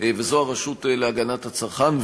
וזו הרשות להגנת הצרכן,